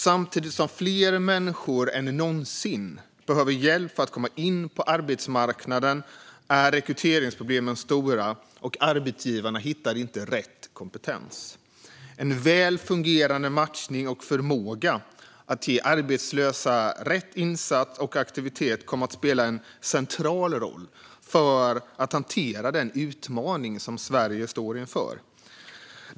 Samtidigt som fler människor än någonsin behöver hjälp för att komma in på arbetsmarknaden är rekryteringsproblemen stora, och arbetsgivarna hittar inte rätt kompetens. En väl fungerande matchning och förmåga att ge arbetslösa rätt insats och aktivitet kommer att spela en central roll för att hantera den utmaning som Sverige står inför.